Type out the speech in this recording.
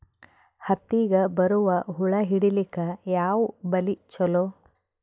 ಹತ್ತಿಗ ಬರುವ ಹುಳ ಹಿಡೀಲಿಕ ಯಾವ ಬಲಿ ಚಲೋ?